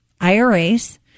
IRAs